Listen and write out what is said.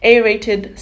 A-rated